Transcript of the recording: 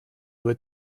would